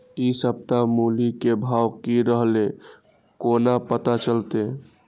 इ सप्ताह मूली के भाव की रहले कोना पता चलते?